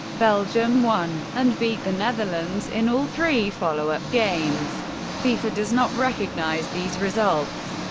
belgium won, and beat the netherlands in all three follow-up games fifa does not recognise these results,